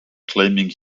claiming